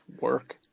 work